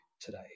today